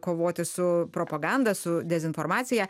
kovoti su propaganda su dezinformacija